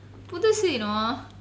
புதுசு:puthusu you know